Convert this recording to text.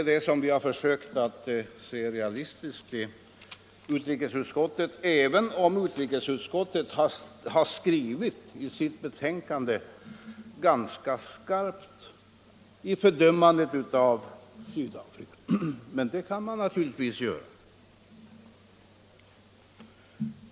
Vi har i utrikesutskottet försökt att se realistiskt på dessa frågor, även om utrikesutskottet i sitt betänkande har skrivit ganska skarpt i sitt fördömande av Sydafrika. Men det är något som man naturligtvis kan göra.